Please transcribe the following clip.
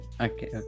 Okay